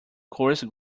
coarse